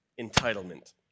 Entitlement